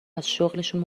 ازشغلشون